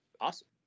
awesome